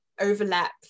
overlap